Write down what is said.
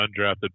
undrafted